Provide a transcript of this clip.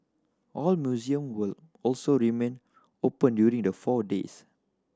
all museum will also remain open during the four days